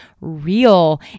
real